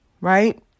right